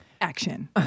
Action